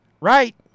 right